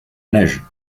neige